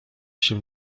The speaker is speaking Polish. się